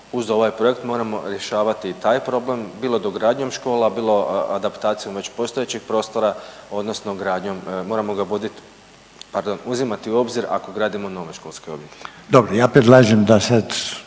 uz ovaj projekt moramo rješavati i taj problem bilo dogradnjom škola, bilo adaptacijom već postojećeg prostora odnosno gradnjom, moramo ga vodit, pardon odnosno uzimati u obzir ako gradimo nove školske objekte. **Reiner, Željko (HDZ)**